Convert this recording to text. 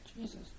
Jesus